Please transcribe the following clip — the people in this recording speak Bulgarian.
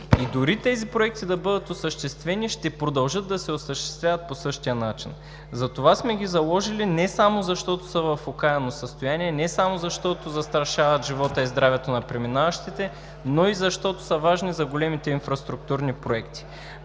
Дори тези проекти да бъдат осъществени, ще продължат да се осъществяват по същия начин. Заложили сме ги не само защото са в окаяно състояние, не само защото застрашават живота и здравето на преминаващите, но и защото са важни за големите инфраструктурни проекти.